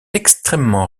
extrêmement